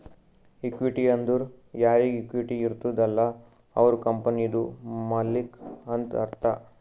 equity ಅಂದುರ್ ಯಾರಿಗ್ equity ಬರ್ತುದ ಅಲ್ಲ ಅವ್ರು ಕಂಪನಿದು ಮಾಲ್ಲಿಕ್ ಅಂತ್ ಅರ್ಥ